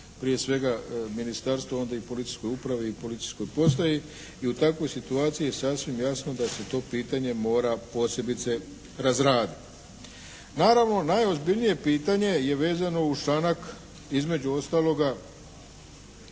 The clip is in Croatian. prije svega ministarstva onda i policijske uprave i policijskoj postaji. I u takvoj situaciji je sasvim jasno da se to pitanje mora posebice razraditi. Naravno najozbiljnije pitanje je vezano uz članak između ostaloga